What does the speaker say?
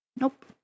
Nope